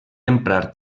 emprar